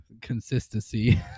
consistency